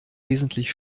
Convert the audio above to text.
wesentlich